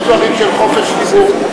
יש דברים של חופש דיבור.